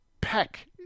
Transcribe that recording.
Peck